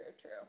true